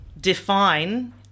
define